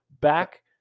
Back